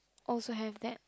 also have that